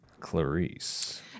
Clarice